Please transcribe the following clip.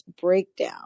breakdown